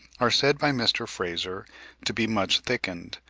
are said by mr. fraser to be much thickened.